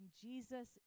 Jesus